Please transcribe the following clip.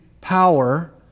power